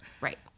Right